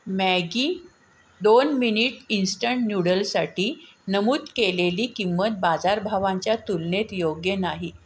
Maggi दोन minute instant नूडलसाठी नमूद केलेली किंमत बाजारभावांच्या तुलनेत योग्य नाही